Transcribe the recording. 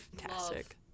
fantastic